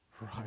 right